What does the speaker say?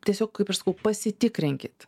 tiesiog kaip aš sakau pasitikrinkit